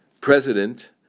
President